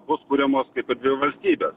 bus kuriamos dvi valstybės